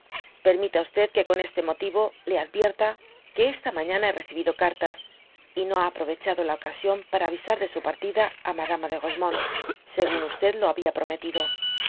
permita que con este motivo le advierta que esta mañana ha recibido cartas y no ha aprovechado la ocasión para avisar su partida á madania de rosemonde según lo habia prometido